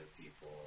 people